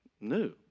new